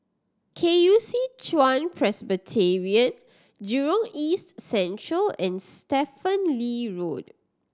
K U C Chuan Presbyterian Jurong East Central and Stephen Lee Road